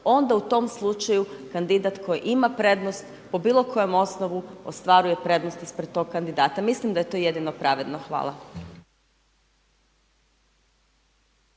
onda u tom slučaju kandidat koji ima prednost po bilo kojem osnovu ostvaruje prednost ispred tog kandidata. Mislim da je to jedino pravedno. Hvala.